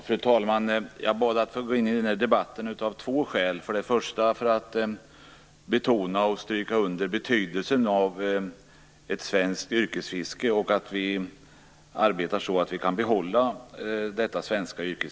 Fru talman! Jag bad att få gå in i den här debatten av två skäl. För det första ville jag betona och stryka under betydelsen av ett svenskt yrkesfiske och vikten av att vi arbetar för att kunna behålla detta.